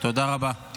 תודה רבה.